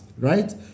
Right